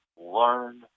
learn